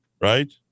right